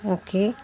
okay